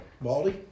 baldy